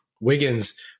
Wiggins